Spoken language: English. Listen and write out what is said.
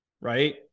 right